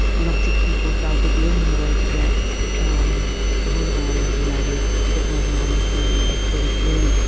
lots of people felt that the only way to get um the whole of ireland united, to get northern ireland free of british rule,